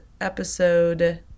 episode